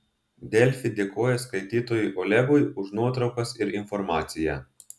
delfi dėkoja skaitytojui olegui už nuotraukas ir informaciją